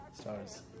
stars